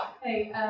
hey